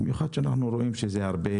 במיוחד שאנחנו רואים שאלה הרבה